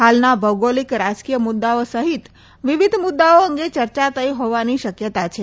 હાલના ભૌગોલિક રાજકીય મુદ્દાઓ સહિત વિવિધ મુદ્દાઓ અંગે ચર્ચા થઇ હોવાની શક્યતા છે